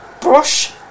brush